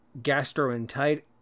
gastroenteritis